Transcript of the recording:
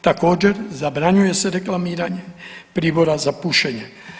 Također zabranjuje se reklamiranje pribora za pušenje.